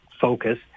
focus